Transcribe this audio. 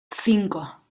cinco